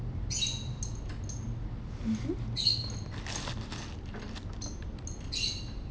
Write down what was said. mmhmm